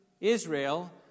Israel